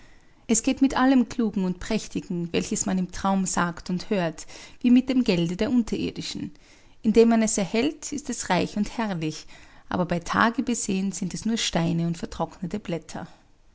es geht mit allem klugen und prächtigen welches man im traum sagt und hört wie mit dem gelde der unterirdischen indem man es erhält ist es reich und herrlich aber bei tage besehen sind es nur steine und vertrocknete blätter